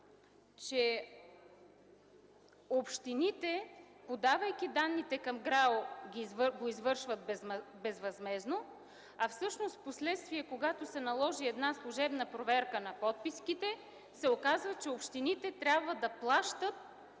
че общините, подавайки данните към ГРАО, го извършват безвъзмездно, а впоследствие, когато се наложи служебна проверка на подписките, се оказва, че общините трябва да плащат